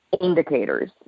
indicators